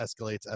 escalates